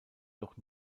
doch